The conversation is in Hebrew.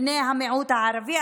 בני המיעוט הערבי,